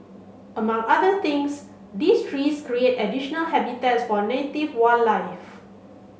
among other things these trees create additional habitats for native wildlife